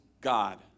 God